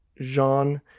Jean